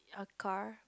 a car